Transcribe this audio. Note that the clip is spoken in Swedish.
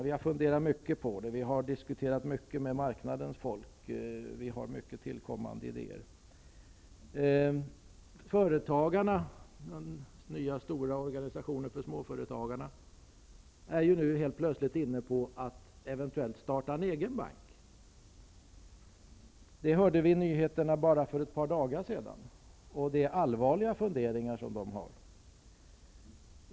Vi har funderat mycket på detta, och vi har diskuterat med marknadens folk. Vi har mycket att komma med därvidlag. Den nya stora organisationen för småföretagarna är nu helt plötsligt inne på att eventuellt starta en egen bank. Det hörde vi i nyheterna bara för ett par dagar sedan. Det är allvarliga funderingar.